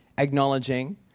acknowledging